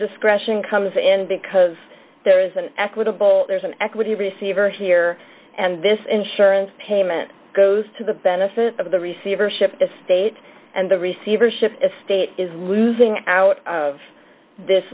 discretion comes in because there is an equitable there's an equity receiver here and this insurance payment goes to the benefit of the receivership the state and the receivership the state is losing out of this